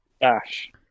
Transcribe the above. Dash